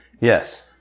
Yes